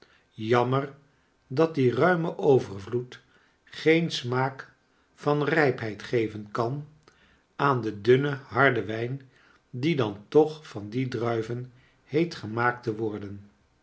jammer dat die mime overvloed geen smaak van rijpheid geven kan aan den dunnen harden wijn die dan toch van die druiven heet gemaakt te worden